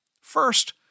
First